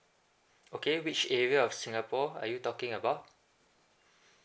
okay which area of singapore are you talking about